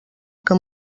que